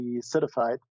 certified